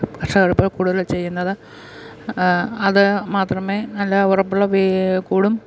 കർഷകരിപ്പോൾ കൂടുതലും ചെയ്യുന്നത് അത് മാത്രമേ നല്ല ഉറപ്പുള്ള കൂടും